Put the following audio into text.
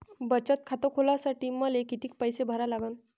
बचत खात खोलासाठी मले किती पैसे भरा लागन?